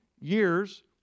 years